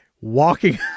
walking